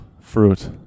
fruit